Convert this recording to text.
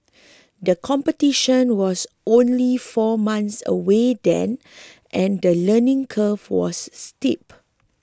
the competition was only four months away then and the learning curve was steep